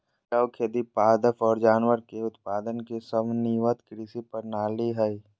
टिकाऊ खेती पादप और जानवर के उत्पादन के समन्वित कृषि प्रणाली हइ